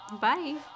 bye